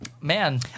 Man